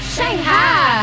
Shanghai